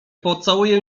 pocałuję